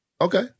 Okay